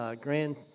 Grand